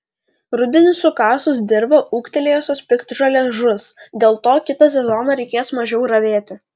rudenį sukasus dirvą ūgtelėjusios piktžolės žus dėl to kitą sezoną reikės mažiau ravėti